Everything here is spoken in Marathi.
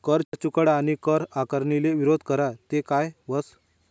कर चुकाडा आणि कर आकारणीले विरोध करा ते काय व्हस